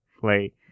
play